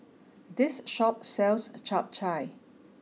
this shop sells Chap Chai